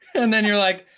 and then you were like,